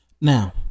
Now